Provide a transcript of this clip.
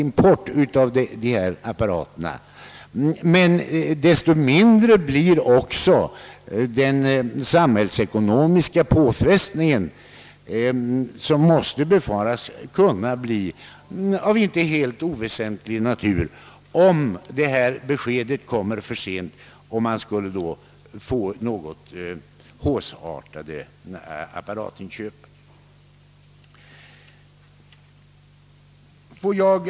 Om svensk industri kan få en större del av denna marknad minskas också den samhällsekonomiska påfrestning, som kan bli ganska väsentlig, om beskedet kommer för sent och vi får en hausseartad import.